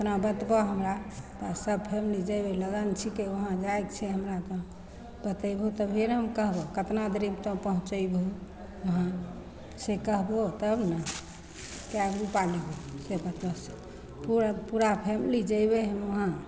एतना बतबऽ हमरा आओर सब फैमिली जएबै लगन छिकै वहाँ जाइके छै हमरा तऽ बताबहो तभिए ने हम कहबऽ कतना देरीमे तौ पहुँचैबहो वहाँसे कहबहो तब ने कैगो रूपा लेबहो से बतै से पूरा पूरा फैमिली जएबै हम वहाँ